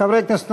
חברי הכנסת,